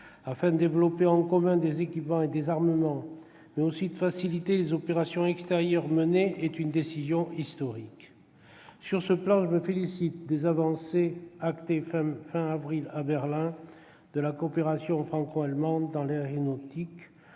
afin de développer en commun des équipements et des armements, mais aussi de faciliter les opérations extérieures menées, est une décision historique. De ce point de vue, je me félicite des avancées actées à la fin du mois d'avril à Berlin s'agissant de la coopération franco-allemande dans l'aéronautique,